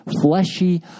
fleshy